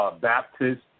Baptist